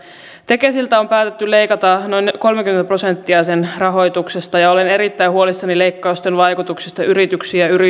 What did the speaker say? tekesiltä on päätetty leikata noin kolmekymmentä prosenttia sen rahoituksesta ja olen erittäin huolissani leikkausten vaikutuksista yrityksiin ja